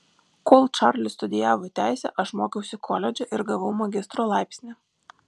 kol čarlis studijavo teisę aš mokiausi koledže ir gavau magistro laipsnį